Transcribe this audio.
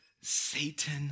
Satan